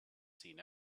seen